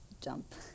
jump